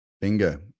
Bingo